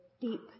deep